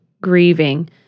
grieving